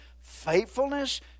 faithfulness